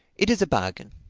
it is a bargain,